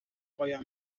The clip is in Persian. قایم